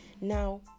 Now